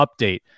update